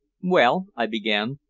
well, i began,